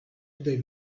today